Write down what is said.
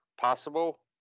possible